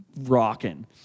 rocking